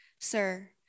sir